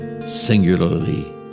singularly